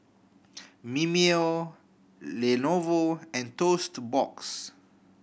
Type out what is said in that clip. Mimeo Lenovo and Toast Box